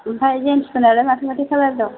ओमफ्राय़ जेन्सफोरनालाय माथो माथो कालार दं